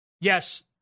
yes